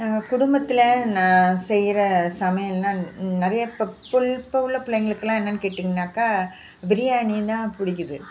எங்கள் குடும்பத்தில் நான் செய்கிற சமையலெலாம் நிறையா இப்போ இப்போ உள்ள பிள்ளைங்களுக்குலாம் என்னென்னு கேட்டிங்கன்னாக்கால் பிரியாணின்னால் பிடிக்கிது